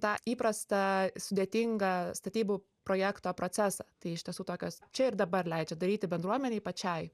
tą įprastą sudėtingą statybų projekto procesą tai iš tiesų tokios čia ir dabar leidžia daryti bendruomenei pačiai